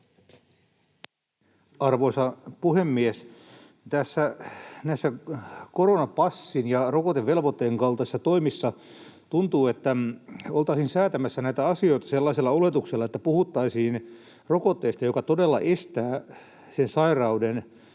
Arvoisa puhemies! Näissä koronapassin ja rokotevelvoitteen kaltaisissa toimissa tuntuu, että oltaisiin säätämässä näitä asioita sellaisella oletuksella, että puhuttaisiin rokotteesta, joka todella estää sen sairauden